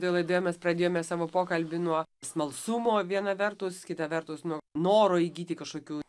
dėl idėmės pradėjome savo pokalbį nuo smalsumo viena vertus kita vertus nuo noro įgyti kažkokių